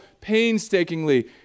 painstakingly